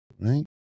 right